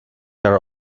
are